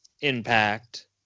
impact